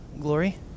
glory